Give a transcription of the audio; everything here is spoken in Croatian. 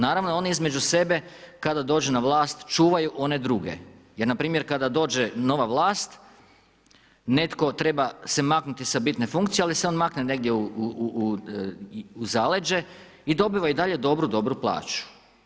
Naravno, oni između sebe kada dođu na vlast čuvaju one druge jer npr. kada dođe nova vlast, netko treba se maknuti sa bitne funkcije ali se on makne negdje u zaleđe i dobiva i dalje, dobru, dobru plaću.